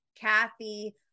Kathy